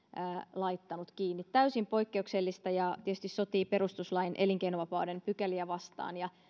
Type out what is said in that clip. laittanut kiinni täysin poikkeuksellista ja tietysti sotii perustuslain elinkeinovapauden pykäliä vastaan